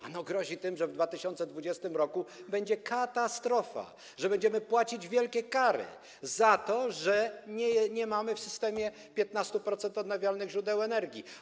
Ano grozi to tym, że w 2020 r. będzie katastrofa, że będziemy płacić wielkie kary za to, że nie mamy w systemie 15% odnawialnych źródeł energii.